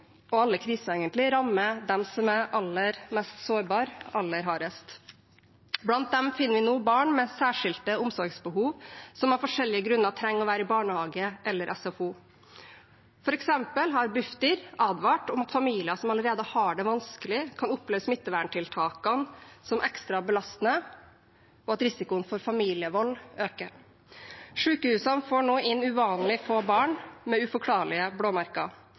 og egentlig alle kriser – rammer dem som er aller mest sårbare, aller hardest. Blant dem finner vi nå barn med særskilte omsorgsbehov, som av forskjellige grunner trenger å være i barnehage eller SFO. For eksempel har Bufdir advart om at familier som allerede har det vanskelig, kan oppleve smitteverntiltakene som ekstra belastende, og at risikoen for familievold øker. Sykehusene får nå inn uvanlig få barn med uforklarlige blåmerker.